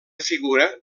figura